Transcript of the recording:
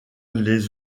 les